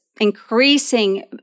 increasing